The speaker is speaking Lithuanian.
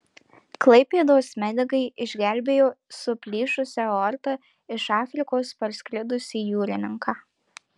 klaipėdos medikai išgelbėjo su plyšusia aorta iš afrikos parskridusį jūrininką